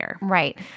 Right